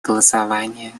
голосования